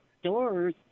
stores